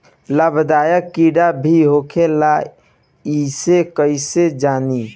लाभदायक कीड़ा भी होखेला इसे कईसे जानी?